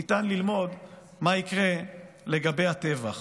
ניתן ללמוד מה יקרה לגבי הטבח.